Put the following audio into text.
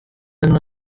ino